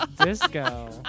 Disco